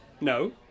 No